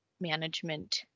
management